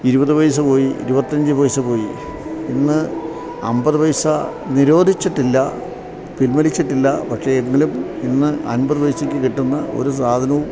ഇരുപത് പൈസ പോയി ഇരുപത്തതിയഞ്ച് പൈസ പോയി ഇന്ന് അന്പതു പൈസ നിരോധിച്ചിട്ടില്ല പിൻവലിച്ചിട്ടില്ല പക്ഷെ എങ്കിലും ഇന്ന് അൻപത് പൈസയ്ക്കു കിട്ടുന്ന ഒരു സാധനവും